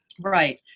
Right